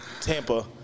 Tampa